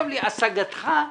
השגתך נדחתה.